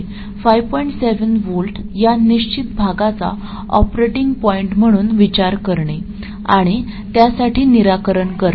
7 V या निश्चित भागाचा ऑपरेटिंग पॉईंट म्हणून विचार करणे आणि त्यासाठी निराकरण करणे